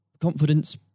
confidence